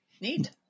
neat